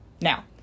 Now